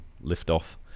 lift-off